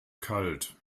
kalt